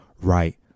right